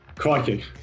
Crikey